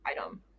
item